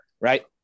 right